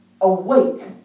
Awake